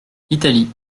italie